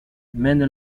mène